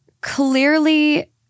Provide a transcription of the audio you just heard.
Clearly